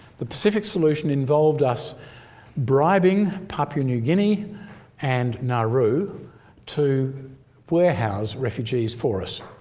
the pacific solution involved us bribing papua new guinea and nauru to warehouse refugees for us.